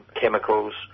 chemicals